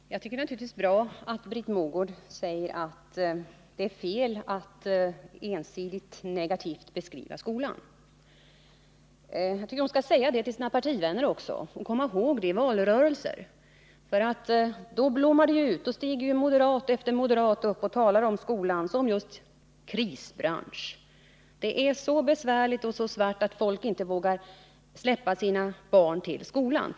Herr talman! Det är naturligtvis bra att Britt Mogård säger att det är fel att ensidigt negativt beskriva skolan. Jag tycker att hon skall säga det till sina partivänner och komma ihåg det också i valrörelser. Då blommar ju kritiken ut. Då stiger moderat efter moderat upp och talar om skolan som just en ”krisbransch”. Det är så besvärligt och så svart att folk inte vågar släppa sina barn till skolan.